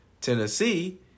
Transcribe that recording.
Tennessee